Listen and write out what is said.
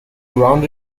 ground